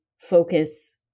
focus